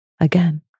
Again